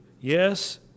yes